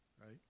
right